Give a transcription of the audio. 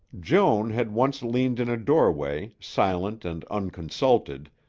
joan had once leaned in a doorway, silent and unconsulted,